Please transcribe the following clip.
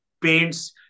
paints